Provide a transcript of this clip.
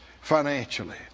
financially